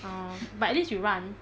orh but at least you run